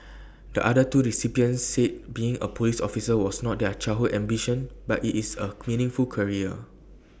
the other two recipients said being A Police officer was not their childhood ambition but IT is A meaningful career